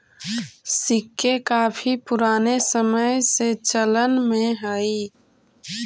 सिक्के काफी पूराने समय से चलन में हई